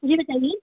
जी बताइए